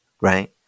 Right